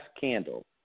candle